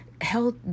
Health